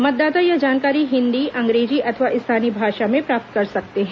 मतदाता यह जानकारी हिन्दी अंग्रेजी अथवा स्थानीय भाषा में प्राप्त कर सकते हैं